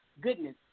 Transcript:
goodness